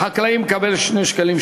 החקלאי מקבל 2 שקלים,